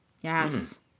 Yes